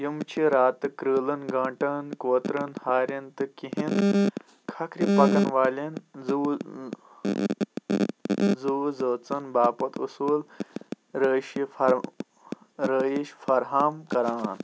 یِم چھِ راتہٕ کٔرٛیلن گانٛٹن کوترن ہارٮ۪ن تہٕ کیٚہن كھكھرِ پكن والٮ۪ن زُوٕ زُوٕ زٲژن باپتھ اصول رٲشہِ فرِ رٲیِش فراہم کَران